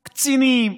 קצינים,